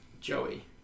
Joey